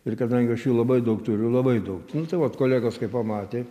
ir kadangi aš jų labai daug turiu labai daug tai vat kolegos kai pamatė